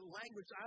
language